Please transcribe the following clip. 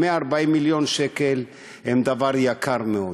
140 מיליון שקל הם דבר יקר מאוד.